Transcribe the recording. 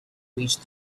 reached